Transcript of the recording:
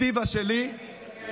הדירקטיבה שלי, אני יכול להגיד